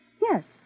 Yes